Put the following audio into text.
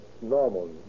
normal